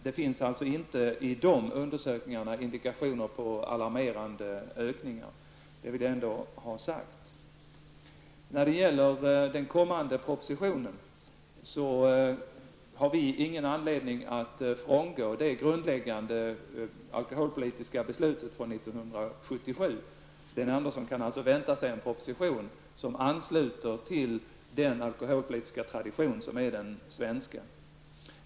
Det finns alltså inte i de undersökningarna indikationer på alarmerande ökning. Det vill jag ändå ha sagt. I den kommande propositionen har vi ingen anledning att frångå det grundläggande alkoholpolitiska beslutet från 1977. Sten Andersson kan alltså vänta sig en proposition som ansluter till den alkoholpolitiska tradition som är den svenska.